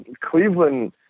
Cleveland